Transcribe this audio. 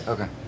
Okay